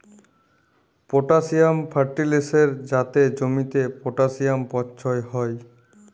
potassium ফার্টিলিসের যাতে জমিতে পটাসিয়াম পচ্ছয় হ্যয়